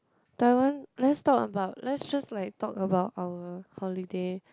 Taiwan let's talk about let's just like talk about our holiday